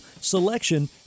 selection